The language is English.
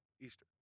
Easter